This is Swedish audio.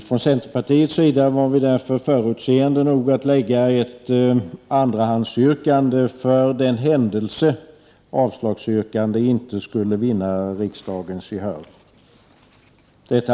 Från kg centerpartiets sida var vi därför förutseende nog att ställa ett andrahandsyrkande för den händelse avslagsyrkandet inte skulle vinna riksdagens gehör.